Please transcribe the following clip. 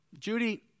Judy